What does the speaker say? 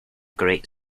great